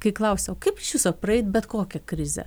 kai klausiau kaip iš viso praeit bet kokią krizę